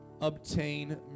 obtain